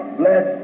bless